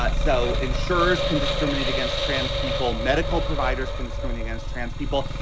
but so insurers can discriminate against trans people, medical providers can discriminate against trans people.